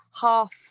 half